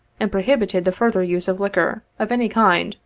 and prohibited the fur ther use of liquor, of any kind,